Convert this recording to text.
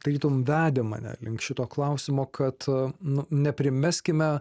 tarytum vedė mane link šito klausimo kad nu neprimeskime